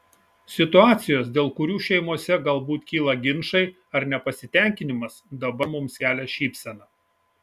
situacijos dėl kurių šeimose galbūt kyla ginčai ar nepasitenkinimas dabar mums kelia šypseną